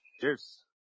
Cheers